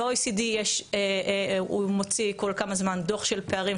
ה-OECD מוציא כל כמה זמן דוח של פערים,